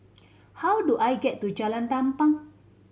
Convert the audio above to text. how do I get to Jalan Tampang